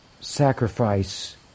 sacrifice